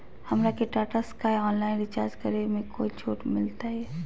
हमरा के Tata sky online recharge करे में कोई छूट मिलतई